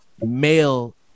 male